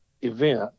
event